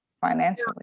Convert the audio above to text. financially